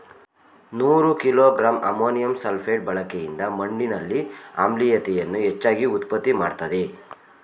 ನೂರು kilogram ammonium sulphate ಬಳಕೆಯಿಂದ ಮಣ್ಣಿನಲ್ಲಿ ಆಮ್ಲೀಯತೆಯನ್ನು ಹೆಚ್ಚಾಗಿ ಉತ್ಪತ್ತಿ ಮಾಡ್ತದೇ